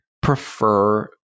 prefer